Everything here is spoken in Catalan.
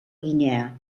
guinea